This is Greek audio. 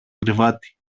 κρεβάτι